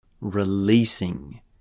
releasing